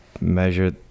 measure